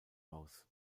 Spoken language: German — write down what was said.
aus